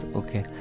okay